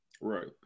right